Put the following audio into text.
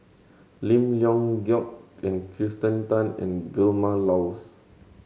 Lim Leong Geok Kirsten Tan and Vilma Laus